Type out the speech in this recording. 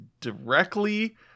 directly